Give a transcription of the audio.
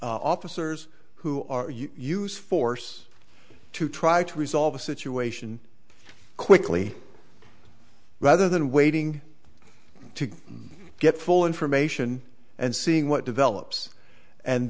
officers who are you use force to try to resolve a situation quickly rather than waiting to get full information and seeing what develops and